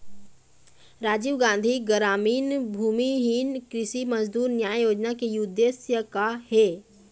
राजीव गांधी गरामीन भूमिहीन कृषि मजदूर न्याय योजना के उद्देश्य का हे?